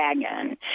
Dragon